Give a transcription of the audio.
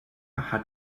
hat